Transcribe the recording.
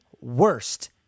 worst